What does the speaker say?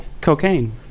cocaine